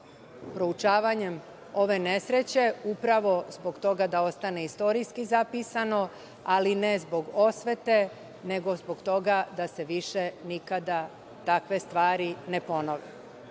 Proučavanjem ove nesreće upravo zbog toga da ostane istorijski zapisano, ali ne zbog osvete nego zbog toga da se više nikada takve stvari ne